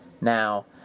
Now